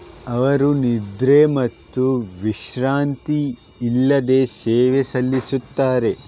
ಅವರು ನಿದ್ರೆ ಮತ್ತು ವಿಶ್ರಾಂತಿ ಇಲ್ಲದೇ ಸೇವೆ ಸಲ್ಲಿಸುತ್ತಾರೆ